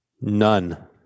None